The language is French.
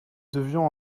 devions